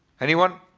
anyone?